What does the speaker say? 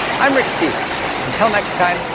i'm rick steves. until next time,